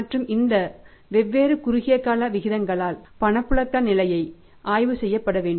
மற்றும் இந்த வெவ்வேறு குறுகிய கால விகிதங்களால் பணப்புழக்க நிலையை ஆய்வு செய்யப்பட வேண்டும்